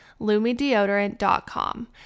LumiDeodorant.com